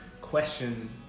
question